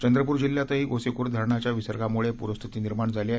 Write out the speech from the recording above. चंद्रपूर जिल्ह्यातही गोसेखूर्द धरणाच्या विसर्गामुळे प्रस्थिती निर्माण झाली आहे